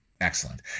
Excellent